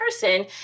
person